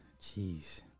Jeez